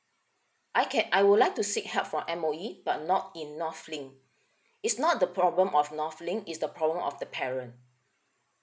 I can I would like to seek help from M_O_E but not in north link it's not the problem of north link it's the problem of the parent